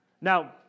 Now